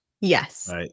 Yes